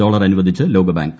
dollar അനുവദിച്ച് ലോക bank